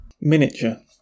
Miniature